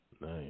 Nice